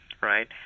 right